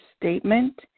statement